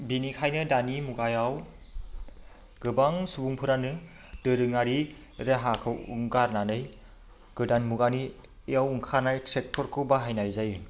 बेनिखायनो दानि मुगायाव गोबां सुबुंफोरानो दोरोंआरि राहाखौ गारनानै गोदान मुगानियाव ओंखारनाय ट्रेक्ट'रखौ बाहायनाय जायो